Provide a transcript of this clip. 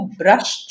brush